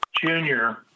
junior –